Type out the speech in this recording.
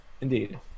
Indeed